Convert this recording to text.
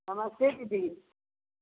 नमस्ते दीदी